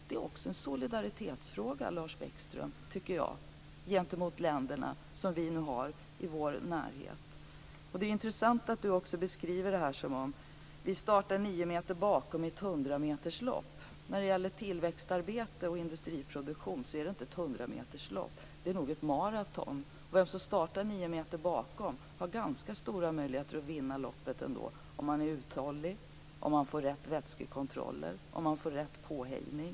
Det, Lars Bäckström, är också enligt min mening en fråga om solidaritet gentemot de länder som vi har i vår närhet! Det är en intressant beskrivning som Lars Bäckström ger, nämligen att vi startar nio meter bakom i ett hundrameterslopp. När det gäller tillväxtarbete och industriproduktion är det inte fråga om ett hundrameterslopp, utan då är det nog fråga om maraton. Den som startar nio meter bakom har ändå ganska stora möjligheter att vinna loppet, om han är uthållig, om han får rätta vätskekontrollerna och om han får rätta påhejningen.